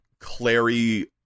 Clary